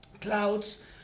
clouds